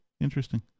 interesting